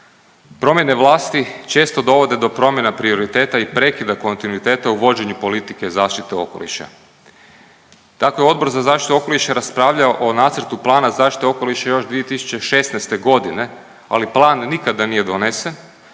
Promjene vlasti često dovode do promjena prioriteta i prekida kontinuiteta u vođenju politike zaštite okoliša. Tako je Odbor za zaštitu okoliša raspravljao o nacrtu plana zaštite okoliša još 2016. godine, ali plan nikada nije donesen